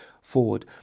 forward